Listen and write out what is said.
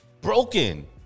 Broken